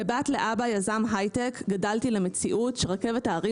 כבת לאבא ישם היי-טק גדלתי למציאות שרכבת ההרים